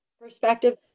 perspective